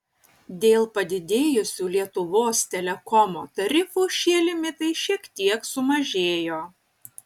dėl padidėjusių lietuvos telekomo tarifų šie limitai šiek tiek sumažėjo